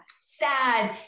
Sad